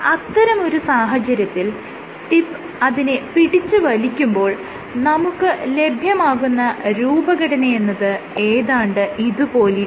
അത്തരമൊരു സാഹചര്യത്തിൽ ടിപ്പ് അതിനെ പിടിച്ച് വലിക്കുമ്പോൾ നമുക്ക് ലഭ്യമാകുന്ന രൂപഘടനയെന്നത് ഏതാണ്ട് ഇതുപോലെയിരിക്കും